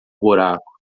buraco